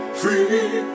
free